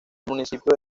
municipio